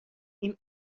این